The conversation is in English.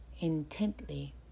Intently